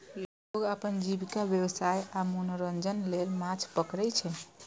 लोग अपन जीविका, व्यवसाय आ मनोरंजन लेल माछ पकड़ै छै